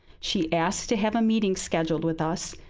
she asked to have a meeting scheduled with us,